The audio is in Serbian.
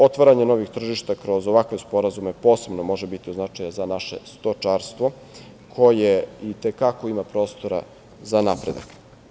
Otvaranje novih tržišta kroz ovakve sporazume posebno može biti od značaja za naše stočarstvo koje i te kako ima prostora za napredak.